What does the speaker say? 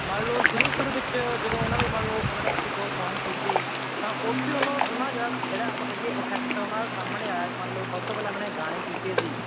ਮੰਨ ਲਓ ਸ਼ੁਰੂ ਸ਼ੁਰੂ ਵਿੱਚ ਜਦੋਂ ਉਹਨਾਂ ਨੇ ਮੰਨ ਲਓ ਉਹਨਾਂ ਨੇ ਇੱਕ ਦੋ ਸੌਂਗ ਕੀਤੇ ਤਾਂ ਉੱਥੇ ਉਹਨਾਂ ਉਹਨਾਂ ਦਾ ਜਿਹੜਾ ਜਿਹੜਾ ਆਪਾਂ ਕਹਿ ਦਈਏ ਈਫੈਕਟ ਉਹਨਾਂ ਦਾ ਸਾਹਮਣੇ ਆਇਆ ਮੰਨ ਲਓ ਸਭ ਤੋਂ ਪਹਿਲਾਂ ਉਹਨਾਂ ਨੇ ਗਾਣੇ ਕੀਤੇ ਸੀ